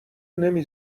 نمی